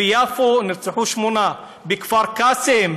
ביפו נרצחו שמונה, בכפר קאסם,